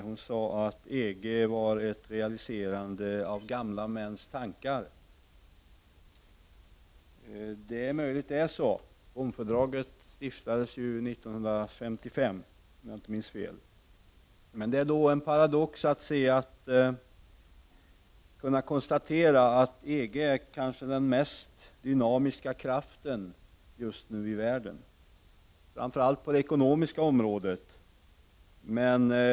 Hon sade att EG var ett realiserande av gamla mäns tankar. Det är möjligt att det förhåller sig så. Romfördraget tillkom ju 1957. Men det är en paradox att kunna konstatera att EG kanske är den mest dynamiska kraften i världen just nu, framför allt på det ekonomiska området.